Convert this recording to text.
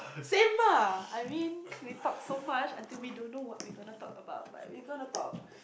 same ah I mean we talk so fast until we don't know what we gonna talk about but we gonna talk